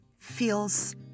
feels